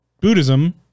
Buddhism